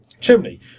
chimney